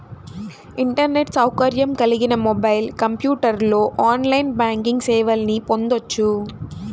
internet సౌకర్యం కలిగిన mobile, కంప్యూటర్లో ఆన్లైన్ బ్యాంకింగ్ సేవల్ని పొందొచ్చు